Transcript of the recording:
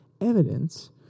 evidence